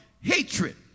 hatred